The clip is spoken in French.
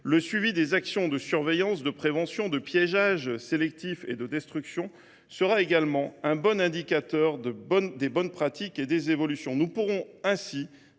le suivi des actions de surveillance, de prévention, de piégeage sélectif et de destruction constituera un indicateur fiable des bonnes pratiques et des évolutions. Nous pourrons ainsi